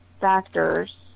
factors